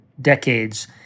decades